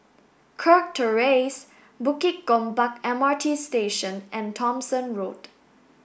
Kirk Terrace Bukit Gombak M R T Station and Thomson Road